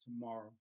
tomorrow